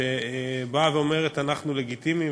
שבאה ואומרת: אנחנו לגיטימיים,